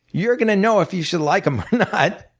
you're going to know if you should like them or not.